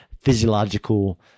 physiological